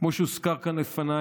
כמו שהוזכר כאן לפניי,